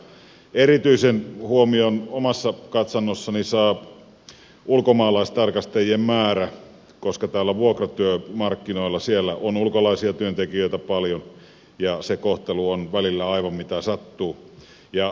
erityisen huomion omassa katsannossani saa ulkomaalaistarkastajien määrä koska vuokratyömarkkinoilla on ulkolaisia työntekijöitä paljon ja se kohtelu on välillä aivan mitä sattuu